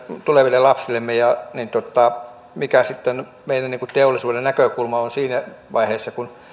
tuleville lapsillemme ja mikä meillä teollisuuden näkökulma on siinä vaiheessa